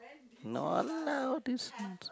no lah all these